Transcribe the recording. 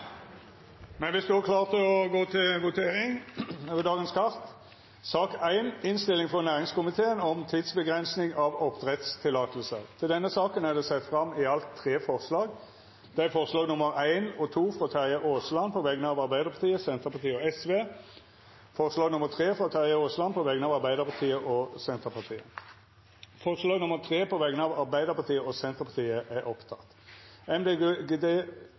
men det går vel den vegen. Interpellasjonsdebatten er då omme. Ingen har bedt om ordet. Ingen har bedt om ordet. Då er me klare til å gå til votering over sakene på dagens kart. Under debatten er det sett fram i alt tre forslag. Det er forslaga nr. 1 og 2, frå Terje Aasland på vegner av Arbeidarpartiet, Senterpartiet og Sosialistisk Venstreparti forslag nr. 3, frå Terje Aasland på vegner av Arbeidarpartiet og Senterpartiet Det vert votert over forslag